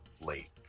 late